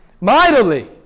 mightily